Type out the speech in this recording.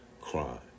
crime